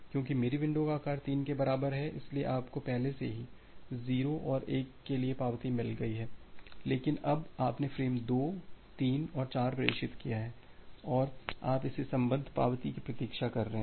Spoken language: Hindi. क्योंकि मेरी विंडो का आकार 3 के बराबर है इसलिए आपको पहले से ही 0 और 1 के लिए पावती मिल गई है लेकिन अब आपने फ्रेम 2 3 और 4 प्रेषित किया है और आप इससे सम्बद्ध पावती की प्रतीक्षा कर रहे हैं